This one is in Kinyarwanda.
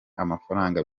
amafaranga